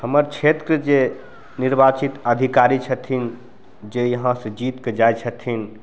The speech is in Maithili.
हमर क्षेत्रके जे निर्वाचित अधिकारी छथिन जे यहाँसे जीतिके जाइ छथिन